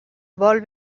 vol